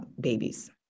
babies